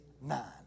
nine